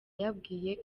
yabwiye